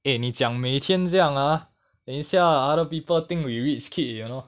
eh 你讲每天这样 ah 等一下 other people think we rich kid you know